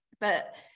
but-